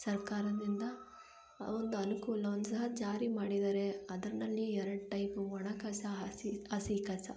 ಸರ್ಕಾರದಿಂದ ಆ ಒಂದು ಅನುಕೂಲವನ್ನು ಸಹ ಜಾರಿ ಮಾಡಿದ್ದಾರೆ ಅದರ್ನಲ್ಲಿ ಎರಡು ಟೈಪು ಒಣ ಕಸ ಹಸಿ ಹಸಿ ಕಸ